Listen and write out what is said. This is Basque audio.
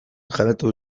jabetu